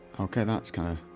okay that's kind of